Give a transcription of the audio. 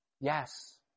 Yes